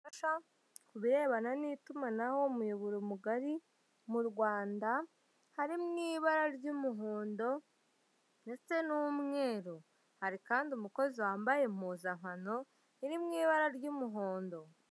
..... ku birebana n'itumanaho, umuyoboro mugari mu Rwanda, harimo ibara ry'umuhondo ndetse n'umweru. Hari kandi umukozi wambaye impuzankano iri mu ibara ry'umuhondo.